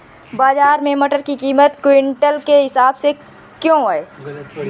बाजार में मटर की कीमत क्विंटल के हिसाब से क्यो है?